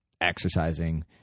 exercising